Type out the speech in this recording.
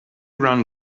run